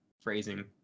phrasing